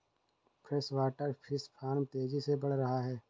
freshwater fish farm तेजी से बढ़ रहा है